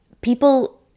people